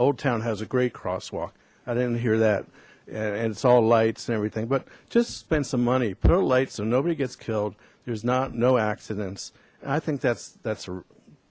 old town has a great crosswalk i didn't hear that and it's all lights and everything but just spend some money put a light so nobody gets killed there's not no accidents i think that's that's a